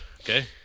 Okay